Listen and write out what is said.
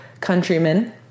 countrymen